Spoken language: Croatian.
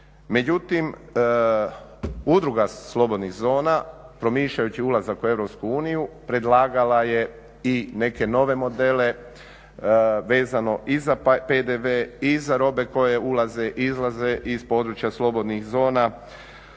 Međutim, Udruga slobodnih zona promišljajući ulazak u EU predlagala je i neke nove modele vezano i za PDV i za robe koje ulaze i izlaze iz područja slobodnih zona.